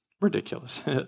ridiculous